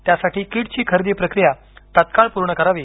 त्यासाठी किटची खरेदी प्रक्रिया तत्काळ पूर्ण करावी